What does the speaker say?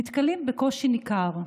נתקלים בקושי ניכר.